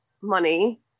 money